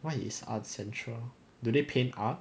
what is art central do they paint art